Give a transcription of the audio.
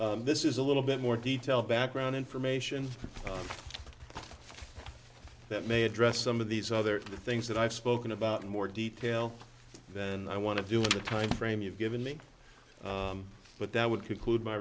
areas this is a little bit more detail background information that may address some of these other things that i've spoken about in more detail than i want to do with the time frame you've given me but that would conclude my